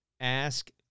Ask